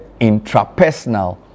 intrapersonal